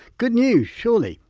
good news surely,